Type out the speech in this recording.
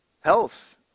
Health